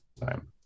time